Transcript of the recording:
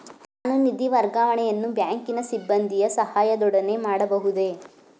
ನಾನು ನಿಧಿ ವರ್ಗಾವಣೆಯನ್ನು ಬ್ಯಾಂಕಿನ ಸಿಬ್ಬಂದಿಯ ಸಹಾಯದೊಡನೆ ಮಾಡಬಹುದೇ?